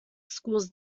schools